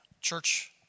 church